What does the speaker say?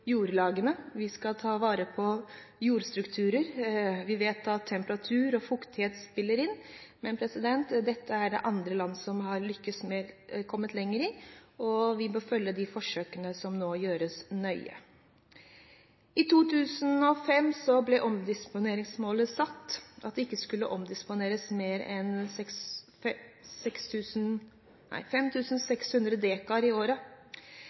skal ta vare på jordstrukturer. Vi vet at temperatur og fuktighet spiller inn. Men dette er det andre land som har kommet lenger med, og vi bør følge de forsøkene som nå gjøres, nøye. I 2005 ble omdisponeringsmålet satt – at det ikke skulle omdisponeres mer enn